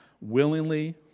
willingly